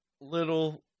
little